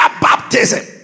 baptism